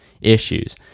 issues